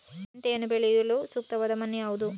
ಮೆಂತೆಯನ್ನು ಬೆಳೆಯಲು ಸೂಕ್ತವಾದ ಮಣ್ಣು ಯಾವುದು?